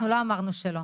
אנחנו לא אמרנו שלא.